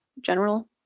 general